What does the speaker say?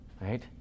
Right